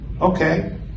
Okay